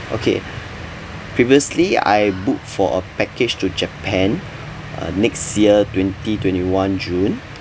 okay previously I booked for a package to japan uh next year twenty twenty-one june